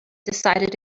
decided